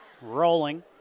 rolling